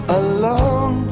alone